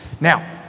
Now